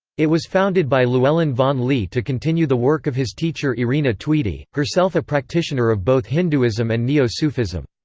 it was founded by llewellyn vaughan-lee to continue the work of his teacher irina tweedie, herself a practitioner of both hinduism and neo-sufism.